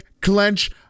clench